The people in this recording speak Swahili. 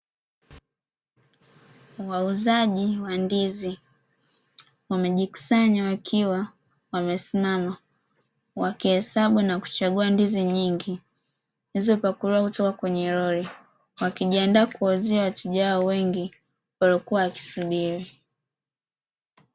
Wauzaji wa ndizi wamejikusanya wakiwa wamesimama wakihesabu na kuchagua ndizi nyingi zilizopakuliwa kutoka kwenye lori, wakijiandaa kuwauzia wateja wao wengi waliokuwa wakisubiri.